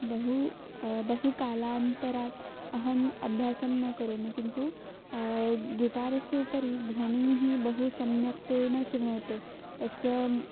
बहु बहुकालान्तरात् अहम् अभ्यासं न करोमि किन्तु गिटारस्य उपरि ध्वनिः बहु सम्यक् तेन शृणोति तस्य